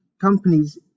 companies